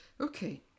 Okay